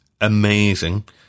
amazing